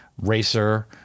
racer